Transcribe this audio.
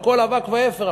הכול אבק ואפר,